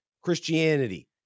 Christianity